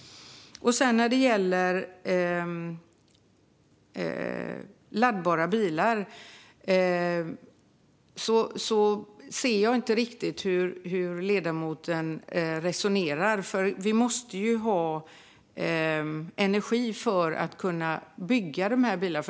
När det sedan gäller laddbara bilar ser jag inte riktigt hur ledamoten resonerar. Vi måste ju ha energi för att kunna bygga dessa bilar.